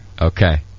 Okay